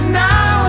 now